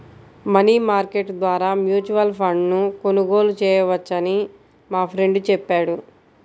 money market ద్వారా mutual ఫండ్ను కొనుగోలు చేయవచ్చని మా ఫ్రెండు చెప్పాడు